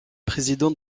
président